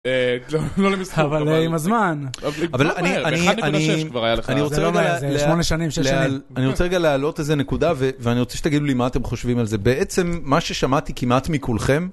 אה, לא למסכום, אבל עם הזמן. אבל אני, אני, אני, אני רוצה רגע לעלות איזו נקודה ואני רוצה שתגידו לי מה אתם חושבים על זה. בעצם מה ששמעתי כמעט מכולכם.